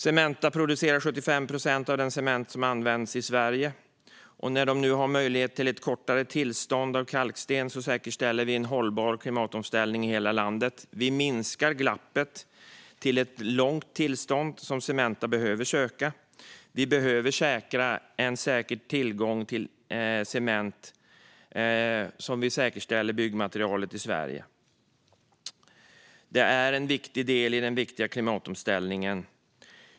Cementa producerar 75 procent av den cement som används i Sverige. När de nu får möjlighet till ett kortare tillstånd för kalkstensbrytning säkerställer vi en hållbar klimatomställning i hela landet. Vi minskar glappet till ett långt tillstånd, som Cementa behöver söka. Vi behöver säkra tillgången till cement för att säkerställa tillgången till byggmaterial i Sverige. Det är en viktig del i den viktiga klimatomställningen.